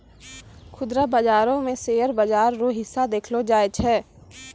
खुदरा बाजारो मे शेयर बाजार रो हिस्सा देखलो जाय छै